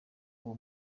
uwo